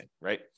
right